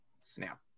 snap